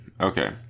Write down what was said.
Okay